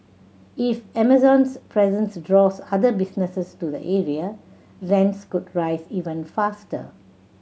if Amazon's presence draws other businesses to the area rents could rise even faster